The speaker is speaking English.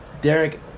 Derek